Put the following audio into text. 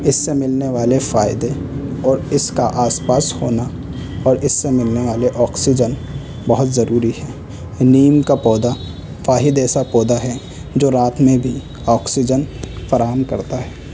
اس سے ملنے والے فائدے اور اس کا آس پاس ہونا اور اس سے ملنے والے آکسیجن بہت ضروری ہیں نیم کا پودا واحد ایسا پودا ہے جو رات میں بھی آکسیجن فراہم کرتا ہے